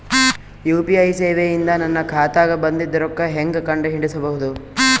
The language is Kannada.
ಯು.ಪಿ.ಐ ಸೇವೆ ಇಂದ ನನ್ನ ಖಾತಾಗ ಬಂದಿದ್ದ ರೊಕ್ಕ ಹೆಂಗ್ ಕಂಡ ಹಿಡಿಸಬಹುದು?